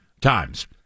Times